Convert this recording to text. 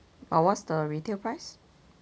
but what's the retail price